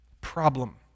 problem